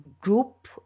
group